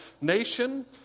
Nation